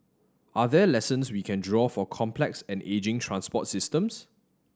are there lessons we can draw for complex and ageing transport systems